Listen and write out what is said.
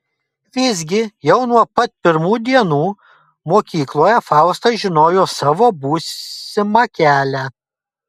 visgi jau nuo pat pirmų dienų mokykloje fausta žinojo savo būsimą kelią